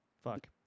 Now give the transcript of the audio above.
Fuck